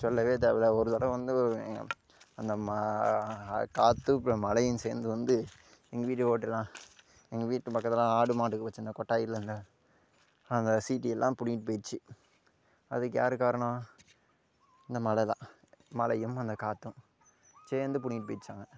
சொல்லவே தேவையில்ல ஒரு தடவை வந்து அந்த மா காற்றும் மழையும் சேர்ந்து வந்து எங்கள் வீடு ஓடுலாம் எங்கள் வீட்டு பக்கத்துலேலாம் ஆடு மாடு வச்சிருந்த கொட்டாயில் இந்த அந்த சீட்டு எல்லாம் புடிக்கிட்டு போயிடுச்சி அதுக்கு யார் காரணம் இந்த மழை தான் மழையும் அந்த காற்றும் சேர்ந்து புடிங்கிட்டு போயிடுச்சான்